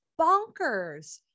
bonkers